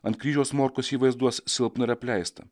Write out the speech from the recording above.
ant kryžiaus morkus jį vaizduos silpną ir apleistą